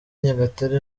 nyagatare